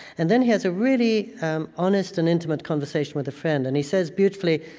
and then he has a really honest and intimate conversation with a friend, and he says beautifully,